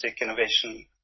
innovation